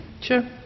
Sure